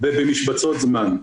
ובמשבצות זמן.